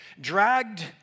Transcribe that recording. dragged